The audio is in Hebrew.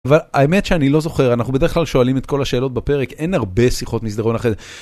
אבל האמת שאני לא זוכר אנחנו בדרך כלל שואלים את כל השאלות בפרק אין הרבה שיחות מסדרון אחרי זה.